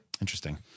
Interesting